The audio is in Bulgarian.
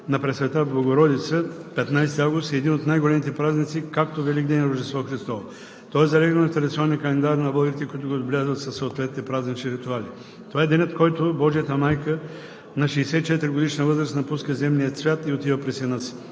на Пресвета Богородица – 15 август, е един от най-големите празници, както Великден и Рождество Христово. Той е залегнал и в традиционния календар на българите, които го отбелязват със съответните празнични ритуали. Това е денят, в който Божията майка на 64-годишна възраст напуска земния живот и отива при сина си.